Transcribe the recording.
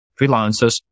freelancers